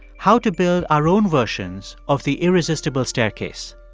how to build our own versions of the irresistible staircase.